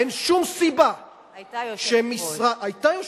אין שום סיבה שמשרה, היתה, היתה.